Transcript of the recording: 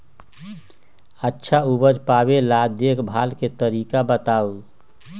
अच्छा उपज पावेला देखभाल के तरीका बताऊ?